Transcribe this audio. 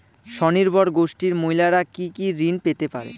স্বনির্ভর গোষ্ঠীর মহিলারা কি কি ঋণ পেতে পারে?